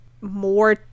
more